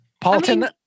Paulton